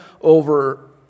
over